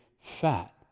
fat